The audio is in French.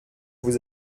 vous